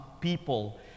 people